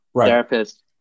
Therapist